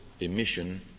emission